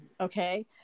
Okay